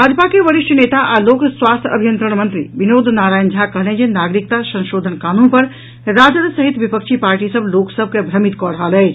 भाजपा के वरिष्ठ नेता आ लोक स्वास्थ्य अभियंत्रण मंत्री विनोद नारायण झा कहलनि जे नागरिकता संशोधन कानून पर राजद सहित विपक्षी पार्टी सभ लोक सभ के भ्रमित कऽ रहल अछि